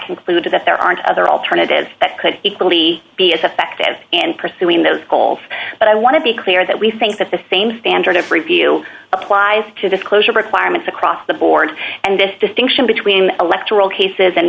conclude that there aren't other alternatives that could equally be as effective and pursuing those goals but i want to be clear that we think that the same standard of review applies to disclosure requirements across the board and this distinction between electoral cases and